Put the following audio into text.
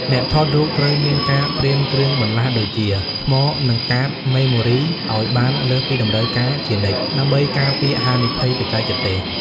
អ្នកថតរូបត្រូវមានការត្រៀមគ្រឿងបន្លាស់ដូចជា ថ្ម និងកាតម៉េម៉ូរីឱ្យបានលើសពីតម្រូវការជានិច្ច ដើម្បីការពារហានិភ័យបច្ចេកទេស។